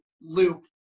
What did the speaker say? loop